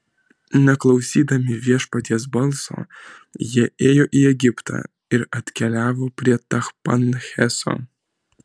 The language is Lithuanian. neklausydami viešpaties balso jie ėjo į egiptą ir atkeliavo prie tachpanheso